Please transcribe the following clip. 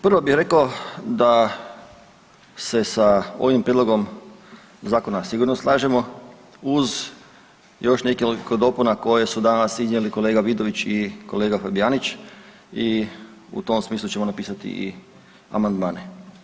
Prvo bi rekao da se sa ovim prijedlogom zakona sigurno slažemo uz još nekoliko dopuna koje su danas iznijeli kolega Vidović i kolega Fabijanić i u tom smislu ćemo napisati i amandmane.